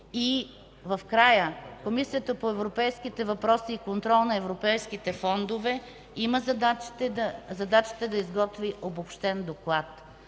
И в края Комисията по европейските въпроси и контрол на европейските фондове има задачата да изготви обобщен доклад.